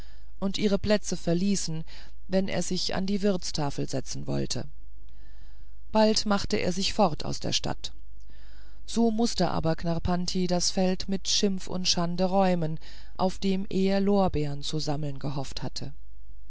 und ihre plätze verließen wenn er sich an die wirtstafel setzen wollte bald machte er sich fort aus der stadt so mußte aber knarrpanti das feld mit schimpf und schande räumen auf dem er lorbeern zu sammeln gehofft hatte